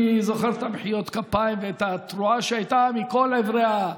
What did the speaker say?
אני זוכר את מחיאות הכפיים ואת התרועה שהייתה מכל עברי המליאה,